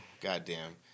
Goddamn